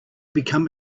become